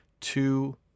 two